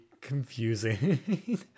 confusing